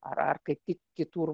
ar ar kaip tik kitur